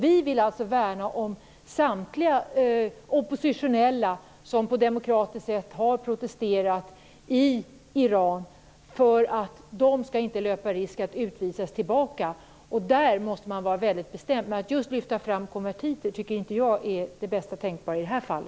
Vi vill värna om samtliga oppositionella som på demokratiskt sätt har protesterat i Iran. De skall inte löpa risk att utvisas tillbaka. Där måste man vara väldigt bestämd. Men att just lyfta fram konvertiter tycker inte jag är det bästa tänkbara i detta fall.